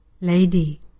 lady